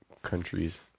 Countries